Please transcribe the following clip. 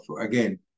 again